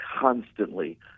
constantly